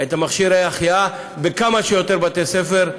את מכשירי ההחייאה בכמה שיותר בתי ספר,